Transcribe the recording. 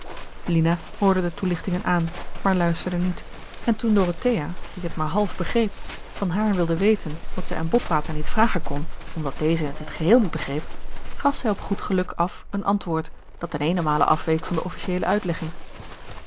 lina hoorde de toelichtingen aan maar luisterde niet en toen dorothea die het maar half begreep van haar wilde weten wat zij aan botwater niet vragen kon omdat deze het in t geheel niet begreep gaf zij op goed geluk af een antwoord dat ten eenemale afweek van de officieele